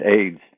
AIDS